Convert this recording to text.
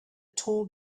tall